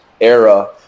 era